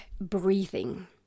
breathing